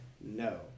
No